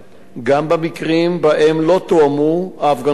גם במקרים שבהם לא תואמו ההפגנות מראש,